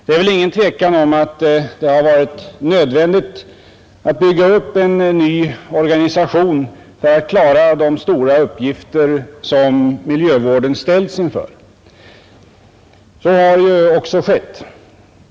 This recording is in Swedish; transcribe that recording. Det råder väl inget tvivel om att det varit nödvändigt att bygga upp en ny organisation för att klara de stora uppgifter som miljövården ställs inför. Så har ju också skett.